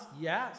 Yes